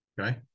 Okay